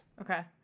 Okay